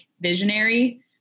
visionary